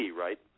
right